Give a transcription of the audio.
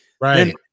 Right